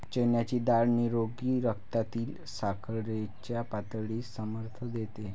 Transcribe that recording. चण्याची डाळ निरोगी रक्तातील साखरेच्या पातळीस समर्थन देते